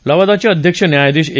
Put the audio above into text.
लवादाचे अध्यक्ष न्यायाधीश ए